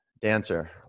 Dancer